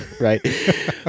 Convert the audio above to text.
right